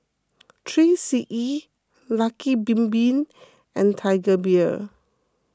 three C E Lucky Bin Bin and Tiger Beer